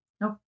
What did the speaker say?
Nope